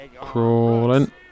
Crawling